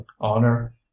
honor